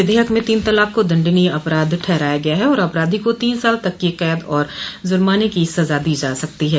विधेयक में तीन तलाक को दण्डिनीय अपराध ठहराया गया है और अपराधी को तीन साल तक की कैद और जूर्माने की सजा दी जा सकती है